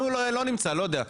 אם הוא לא נמצא לא יודע.